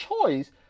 choice